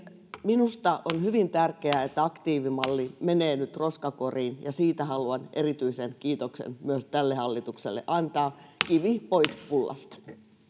minusta on hyvin tärkeää että aktiivimalli menee nyt roskakoriin ja siitä haluan erityisen kiitoksen myös tälle hallitukselle antaa kivi pois pullasta